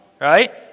right